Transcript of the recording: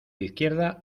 izquierda